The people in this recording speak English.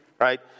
right